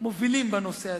למובילים בנושא הזה.